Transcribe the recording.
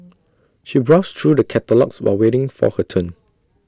she browsed through the catalogues while waiting for her turn